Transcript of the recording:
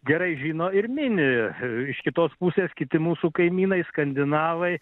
gerai žino ir mini iš kitos pusės kiti mūsų kaimynai skandinavai